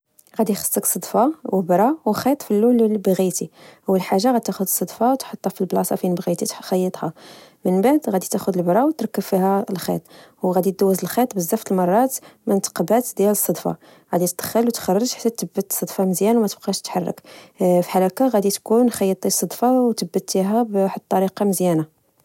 غادي يخصك صدفة وإبرة وخيط فاللون اللي بغيتي والحاجة غتاخد الصدفة وتحطها فالبلاصة فين بغيتي تخيطها من بعد غادي تاخد البرا وتركب فيها الخيط وغادي يدوز الخيط بزاف د المرات منتقبات ديال الصدفة غادي تدخل وتخرج حتى تثبت الصدفة مزيان وماتبقاش تتحرك فحال هكا غادي تكون خيطي الصدفة وثبتيها بواحد الطريقة مزيان